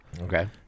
Okay